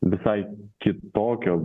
visai kitokio